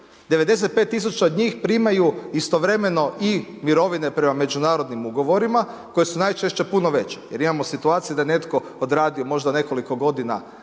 95 000 od njih primaju istovremeno i mirovine prema međunarodnim ugovorima, koje su najčešće puno veće. Jer imamo situacije da je netko odradio možda nekoliko godina